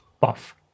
buff